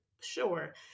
sure